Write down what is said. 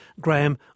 Graham